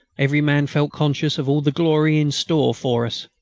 every man felt conscious of all the glory in store for us.